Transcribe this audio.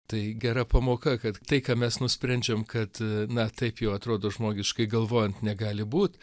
tai gera pamoka kad tai ką mes nusprendžiam kad na taip jau atrodo žmogiškai galvojant negali būt